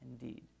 indeed